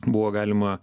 buvo galima